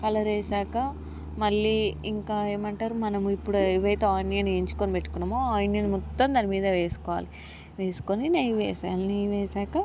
కలరేసాక మళ్ళీ ఇంకా ఏమంటారు మనము ఇప్పుడు ఏవైతే ఆనియన్ వేయించుకొని పెట్టుకున్నామో ఆ ఆనియన్ మొత్తం దాని మీద వేస్కోవాలి వేస్కొని నెయ్యి వేశాను నెయ్యి వేశాక